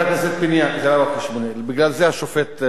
בגלל זה השופט ביקר את המשטרה,